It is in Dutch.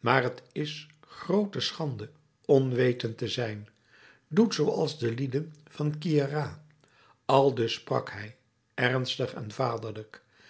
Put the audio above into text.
maar t is groote schande onwetend te zijn doet zooals de lieden van queyras aldus sprak hij ernstig en vaderlijk